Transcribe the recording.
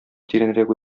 тирәнрәк